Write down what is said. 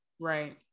Right